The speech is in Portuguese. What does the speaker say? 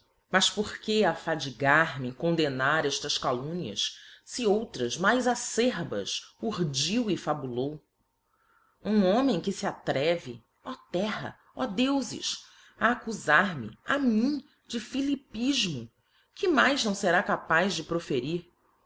mas porque affadigar me em condemnar eílas calumnias fe outras mais acerbas urdiu e fabulou um homem que fe atreve ó terral ó deufes a accufar me a mim de philippifmo que mais não fera capaz de proferir